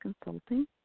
consulting